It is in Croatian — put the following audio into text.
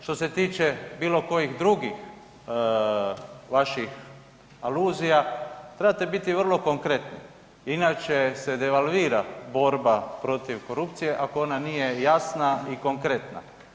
Što se tiče bilo kojih drugih vaših aluzija trebate biti vrlo konkretni inače se devalvira borba protiv korupcije ako ona nije jasna i konkretna.